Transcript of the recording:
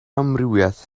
amrywiaeth